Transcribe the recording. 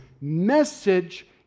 message